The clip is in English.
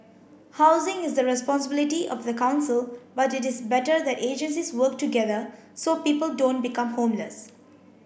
housing is the responsibility of the council but it is better that agencies work together so people don't become homeless